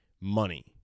money